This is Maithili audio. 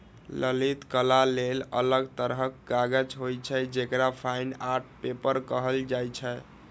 ललित कला लेल अलग तरहक कागज होइ छै, जेकरा फाइन आर्ट पेपर कहल जाइ छै